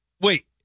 Wait